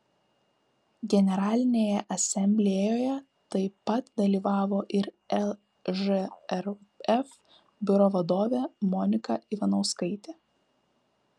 generalinėje asamblėjoje taip pat dalyvavo ir lžrf biuro vadovė monika ivanauskaitė